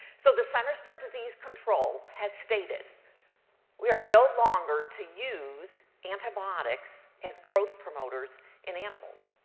so the centers for disease control has stated we are no longer to use antibiotics as growth promoters in animals.